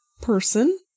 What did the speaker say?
person